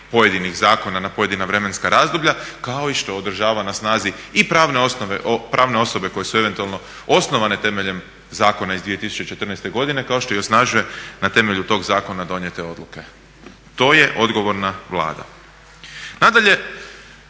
pojedinih zakona na pojedina vremenska razdoblja kao i što održava na snazi i pravne osobe koje su eventualno osnovane temeljem zakona iz 2014. godine kao što i osnažuje na temelju tog zakona donijete odluke. To je odgovorna Vlada. Nadalje